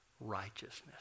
righteousness